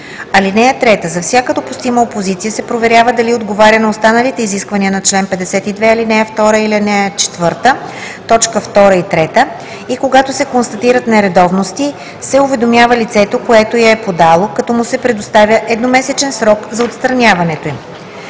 (3) За всяка допустима опозиция се проверява дали отговаря на останалите изисквания на чл. 52, ал. 2 и ал. 4, т. 2 и 3 и когато се констатират нередовности, се уведомява лицето, което я е подало, като му се предоставя едномесечен срок за отстраняването им.